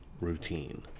routine